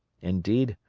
indeed,